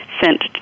sent